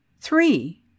three